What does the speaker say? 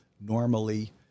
normally